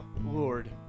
Lord